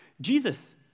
Jesus